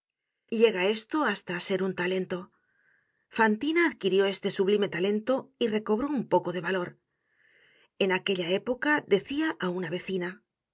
llega esto hasta ser un talento fantina adquirió este sublime talento y recobró un poco de valor en aquella época decia á una vecina